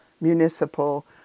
municipal